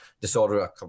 disorder